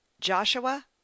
Joshua